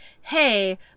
hey